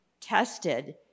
tested